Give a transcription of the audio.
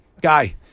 guy